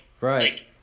Right